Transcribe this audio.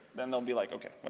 then they'll be like, okay,